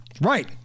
Right